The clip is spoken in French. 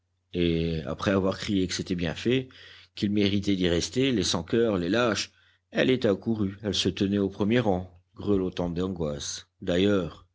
et après avoir crié que c'était bien fait qu'ils méritaient d'y rester les sans-coeur les lâches elle était accourue elle se tenait au premier rang grelottante d'angoisse d'ailleurs